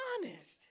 honest